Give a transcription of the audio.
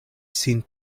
sin